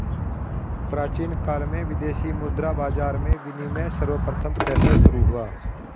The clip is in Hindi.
प्राचीन काल में विदेशी मुद्रा बाजार में विनिमय सर्वप्रथम कैसे शुरू हुआ?